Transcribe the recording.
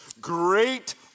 Great